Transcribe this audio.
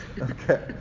Okay